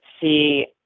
see